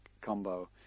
combo